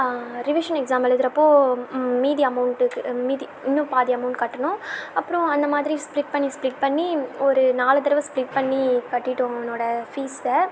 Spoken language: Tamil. ரிவிஷன் எக்ஸாம் எழுதுறப்போ மீதி அமௌண்ட்டுக்கு மீதி இன்னும் பாதி அமௌண்ட் கட்டினோம் அப்புறம் அந்தமாதிரி ஸ்பிளிட் பண்ணி ஸ்பிளிட் பண்ணி ஒரு நாலு தடவை ஸ்பிளிட் பண்ணி கட்டிட்டோம் அவனோட ஃபீஸை